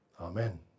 Amen